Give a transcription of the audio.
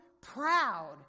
proud